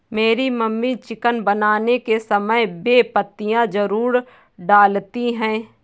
मेरी mummy chicken बनाने के समय बे पत्तियां जरूर डालती हैं